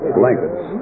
blankets